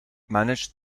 managed